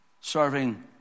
serving